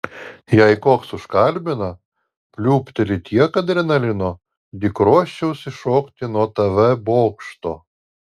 jei koks užkalbina pliūpteli tiek adrenalino lyg ruoščiausi šokti nuo tv bokšto